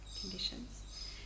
conditions